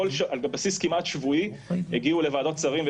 בסיס כמעט שבועי הגיעו לוועדות שרים,